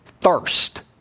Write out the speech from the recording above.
thirst